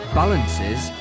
balances